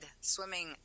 swimming